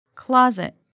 Closet